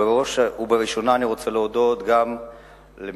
בראש ובראשונה אני רוצה להודות גם למנהלת